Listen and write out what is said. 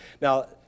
Now